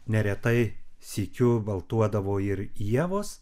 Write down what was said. neretai sykiu baltuodavo ir ievos